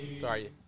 Sorry